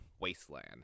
Wasteland